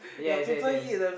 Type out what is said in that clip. yes yes yes